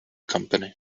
company